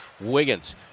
Wiggins